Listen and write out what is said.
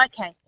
Okay